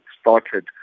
started